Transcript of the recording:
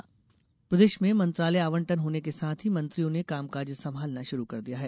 मंत्री कार्यभार प्रदेश में मंत्रालय आवंटन होने के साथ ही मंत्रियों ने कामकाज संभालना शुरू कर दिया है